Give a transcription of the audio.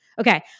Okay